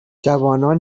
جوانان